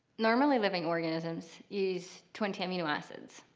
normally, living organisms use twenty amino acids.